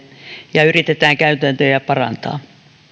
ja yritetään käytäntöjä parantaa